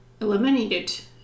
eliminated